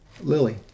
Lily